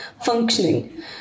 functioning